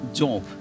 job